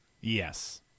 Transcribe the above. Yes